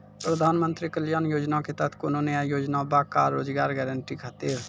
प्रधानमंत्री कल्याण योजना के तहत कोनो नया योजना बा का रोजगार गारंटी खातिर?